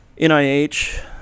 NIH